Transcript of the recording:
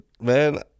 man